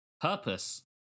Purpose